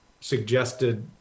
suggested